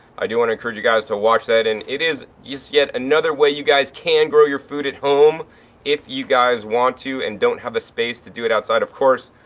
i do want to encourage you guys to watch that. and it is is yet another way you guys can grow your food at home if you guys want to and don't have the space to do it outside of course.